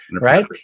right